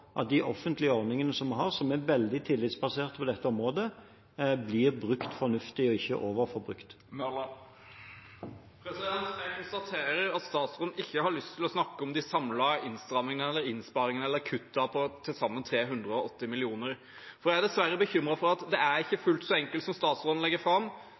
at de offentlige ordningene som vi har, og som er veldig tillitsbaserte på dette området, blir brukt fornuftig, og ikke overforbrukt. Jeg konstaterer at statsråden ikke har lyst til å snakke om de samlede innstrammingene eller innsparingene eller kuttene på til sammen 380 mill. kr. Jeg er dessverre bekymret for at det ikke er fullt så enkelt som statsråden legger det fram